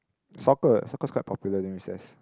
soccer soccer is quite popular during recess